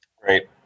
Great